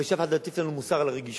ושאף אחד לא יטיף לנו מוסר על רגישות,